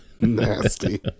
Nasty